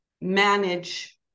manage